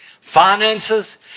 Finances